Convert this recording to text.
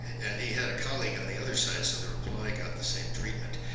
and he had a colleague on the other side, so the reply got the same treatment.